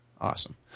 Awesome